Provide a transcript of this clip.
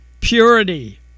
Purity